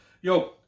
Yo